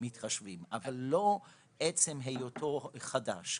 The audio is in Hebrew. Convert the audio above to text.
אבל לא עצם היותו חדש,